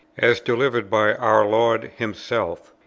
as delivered by our lord himself,